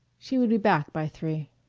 she would be back by three.